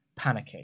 panicking